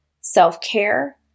self-care